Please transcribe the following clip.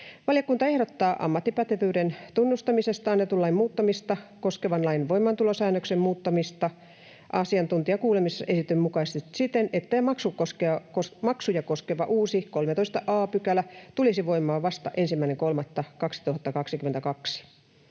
Valiokunta ehdottaa ammattipätevyyden tunnustamisesta annetun lain muuttamista koskevan lain voimaantulosäännöksen muuttamista asiantuntijakuulemisessa esitetyn mukaisesti siten, että maksuja koskeva uusi 13 a § tulisi voimaan vasta 1.3.2022.